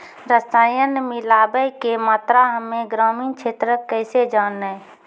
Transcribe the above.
रसायन मिलाबै के मात्रा हम्मे ग्रामीण क्षेत्रक कैसे जानै?